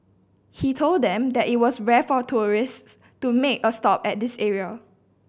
he told them that it was rare for tourists to make a stop at this area